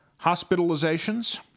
Hospitalizations